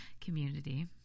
community